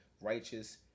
Righteous